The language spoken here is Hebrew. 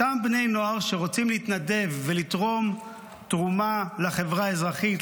אותם בני נוער שרוצים להתנדב ולתרום תרומה לחברה האזרחית,